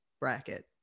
bracket